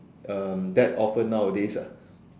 um that often nowadays ah